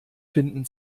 finden